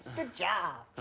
good job.